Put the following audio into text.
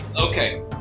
Okay